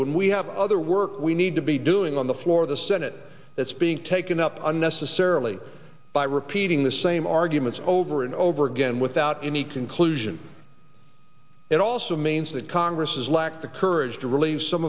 when we have other work we need to be doing on the floor of the senate that's being taken up unnecessarily by repeating the same arguments over and over again without any conclusion it also means that congress has lacked the courage to relieve some